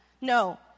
No